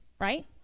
Right